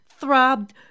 throbbed